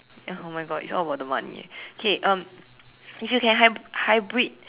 ya oh my God it's all about the money eh okay um if you can hy~ hybrid